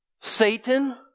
Satan